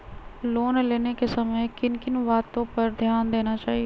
Loan लेने के समय किन किन वातो पर ध्यान देना चाहिए?